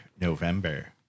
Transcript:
November